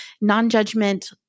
non-judgment